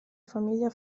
famiglia